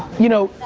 you know,